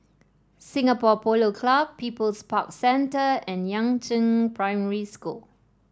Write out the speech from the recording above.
Singapore Polo Club People's Park Centre and Yangzheng Primary School